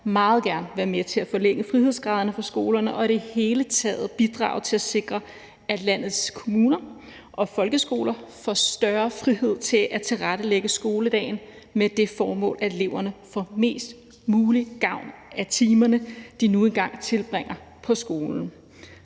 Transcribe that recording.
meget gerne være med til at forlænge frihedsgraderne for skolerne og i det hele taget bidrage til at sikre, at landets kommuner og folkeskoler får større frihed til at tilrettelægge skoledagen med det formål, at eleverne får mest mulig gavn af de timer, de nu engang tilbringer på skolen,